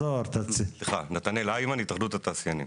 נתנאל היימן, התאחדות התעשיינים.